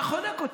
אתה חונק אותם.